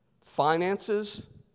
Finances